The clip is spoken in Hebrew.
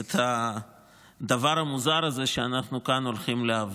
את הדבר המוזר הזה שאנחנו כאן הולכים להעביר.